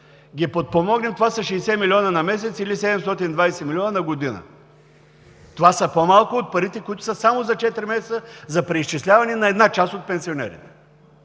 ги подпомогнем, това са 60 млн. лв. на месец, или 720 млн. лв. на година. Това са по-малко от парите, които са само за четири месеца за преизчисляване на една част от пенсионерите.